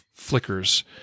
flickers